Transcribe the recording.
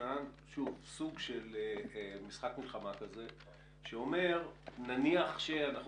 מתוכנן סוג של משחק מלחמה שאומר נניח שאנחנו